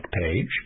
page